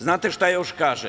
Znate šta još kaže?